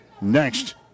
next